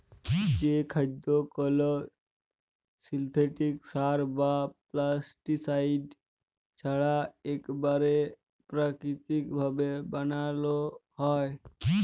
যে খাদ্য কল সিলথেটিক সার বা পেস্টিসাইড ছাড়া ইকবারে পেরাকিতিক ভাবে বানালো হয়